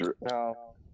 No